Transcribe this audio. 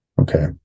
Okay